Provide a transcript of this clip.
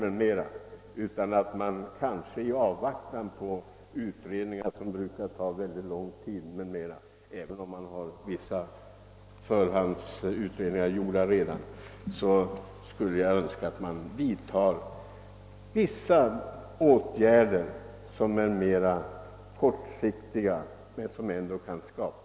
Jag skulle önska att man i avvaktan på utredningar, som brukar ta mycket lång tid, även om vissa förhandsutredningar redan är gjorda, vidtoge vissa mera kortsiktiga åtgärder, som ändå kunde ge ett skydd åt dem som nu träffas.